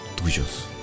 Tuyos